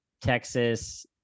Texas